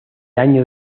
año